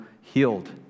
healed